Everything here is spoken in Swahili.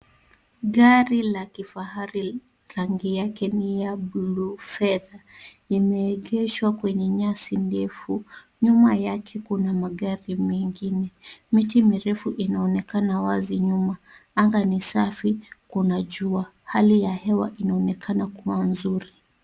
Gari la kifahari rangi yake ni ya blue fade limeegeshwa kwenye nyasi ndefu. Nyuma yake kuna magari mengine. Miti mirefu inaonekana wazi nyuma. Anga ni safi, kuna jua. Hali ya hewa inaonekana kuwa nzuri.